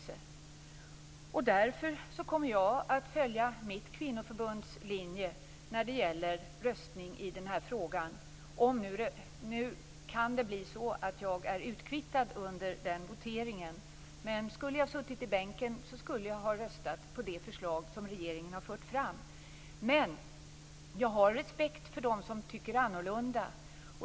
Därför kommer jag att följa mitt kvinnoförbunds linje när det gäller röstning i denna fråga. Nu kan det bli så att jag är utkvittad under voteringen, men om jag hade suttit i bänken skulle jag ha röstat på det förslag som regeringen har fört fram. Men jag har respekt för dem som tycker annorlunda.